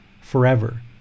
forever